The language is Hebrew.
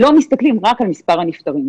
לא מסתכלים רק על מספר הנפטרים.